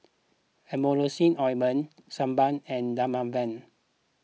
Emulsying Ointment Sebamed and Dermaveen